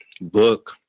book